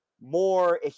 more